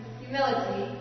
humility